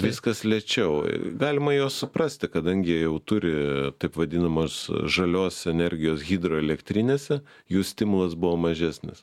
viskas lėčiau galima juos suprasti kadangi jie jau turi taip vadinamos žalios energijos hidroelektrinėse jų stimulas buvo mažesnis